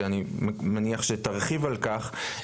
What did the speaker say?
שאני מניח שתרחיב על כך אחר כך,